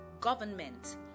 government